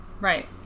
Right